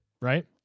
right